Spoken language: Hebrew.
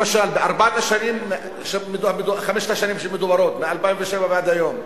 למשל, בחמש השנים המדוברות, מ-2007 ועד היום,